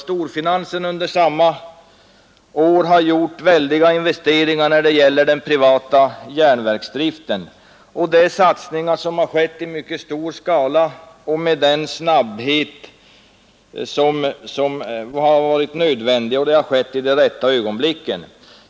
Storfinansen har under samma tid genomfört väldiga investeringar när det gäller den privata järnverksdriften. Det är satsningar som har skett i mycket stor skala, med snabbhet och i de rätta ögonblicken.